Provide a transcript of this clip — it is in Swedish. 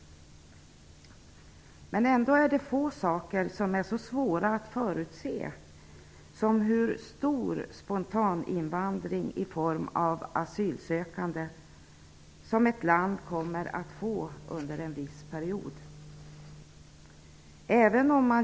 Ändå är det få saker som är så svåra att förutse som hur stor spontan invandring i form av asylsökande som ett land kommer att få under en viss period.